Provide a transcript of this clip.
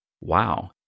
Wow